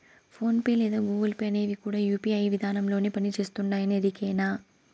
phone pay లేదా Google Pay అనేవి కూడా యూ.పీ.ఐ విదానంలోనే పని చేస్తుండాయని ఎరికేనా